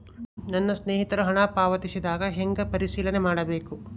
ನನ್ನ ಸ್ನೇಹಿತರು ಹಣ ಪಾವತಿಸಿದಾಗ ಹೆಂಗ ಪರಿಶೇಲನೆ ಮಾಡಬೇಕು?